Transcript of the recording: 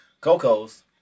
Coco's